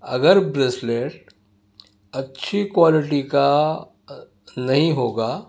اگر بریسلیٹ اچھی کوالٹی کا نہیں ہوگا